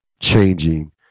changing